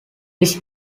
his